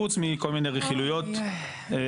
חוץ מכל מיני רכילויות מרושעות,